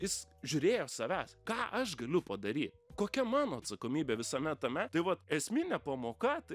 jis žiūrėjo savęs ką aš galiu padaryt kokia mano atsakomybė visame tame tai vat esminė pamoka tai